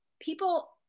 people